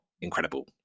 incredible